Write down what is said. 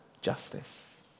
justice